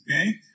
okay